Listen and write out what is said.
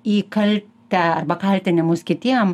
į kaltę arba kaltinimus kitiem